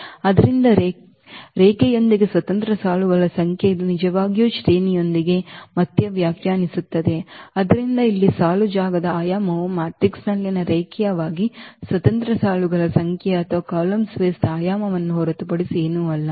ಆದ್ದರಿಂದ ರೇಖೆಯೊಂದಿಗೆ ಸ್ವತಂತ್ರ ಸಾಲುಗಳ ಸಂಖ್ಯೆ ಇದು ನಿಜವಾಗಿಯೂ ಶ್ರೇಣಿಯೊಂದಿಗೆ ಮತ್ತೆ ವ್ಯಾಖ್ಯಾನಿಸುತ್ತದೆ ಆದ್ದರಿಂದ ಇಲ್ಲಿ ಸಾಲು ಜಾಗದ ಆಯಾಮವು ಮ್ಯಾಟ್ರಿಕ್ಸ್ನಲ್ಲಿನ ರೇಖೀಯವಾಗಿ ಸ್ವತಂತ್ರ ಸಾಲುಗಳ ಸಂಖ್ಯೆ ಅಥವಾ ಕಾಲಮ್ ಸ್ಪೇಸ್ ದ ಆಯಾಮವನ್ನು ಹೊರತುಪಡಿಸಿ ಏನೂ ಅಲ್ಲ